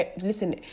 Listen